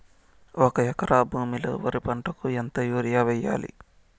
ఒక ఎకరా భూమిలో వరి పంటకు ఎంత యూరియ వేయల్లా?